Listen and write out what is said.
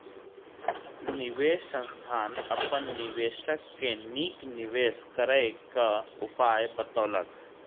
निवेश संस्थान अपन निवेशक के नीक निवेश करय क उपाय बतौलक